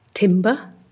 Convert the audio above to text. timber